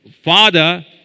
Father